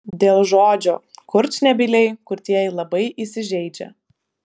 dėl žodžio kurčnebyliai kurtieji labai įsižeidžia